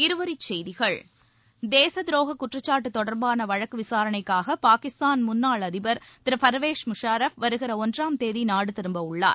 இருவரிச்செய்திகள் தேசத்தரோக குற்றச்சாட்டு தொடர்பான வழக்கு விசாரணைக்காக பாகிஸ்தான் முன்னாள் அதிபர் திரு பர்வேஸ் முஷாரஃப் வருகிற ஒன்றாம் தேதி நாடு திரும்ப உள்ளார்